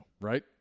right